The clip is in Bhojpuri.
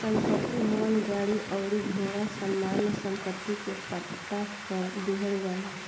संपत्ति, भवन, गाड़ी अउरी घोड़ा सामान्य सम्पत्ति के पट्टा पर दीहल जाला